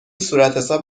صورتحساب